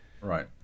Right